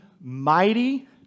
mighty